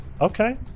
Okay